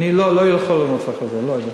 אני לא יכול לענות לך על זה, אני לא יודע.